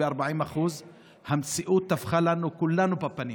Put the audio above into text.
ב-40% המציאות טפחה לכולנו בפנים.